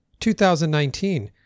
2019